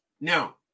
Now